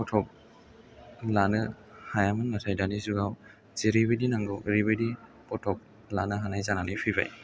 फट' लानो हायामोन नाथाय दानि जुगाव जेरैबायदि नांगौ ओरैबायदि फट' लानो हानाय जानानै फैबाय